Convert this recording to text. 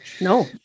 No